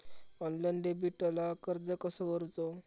Online डेबिटला अर्ज कसो करूचो?